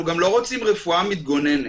אנחנו גם לא רוצים רפואה מתגוננת.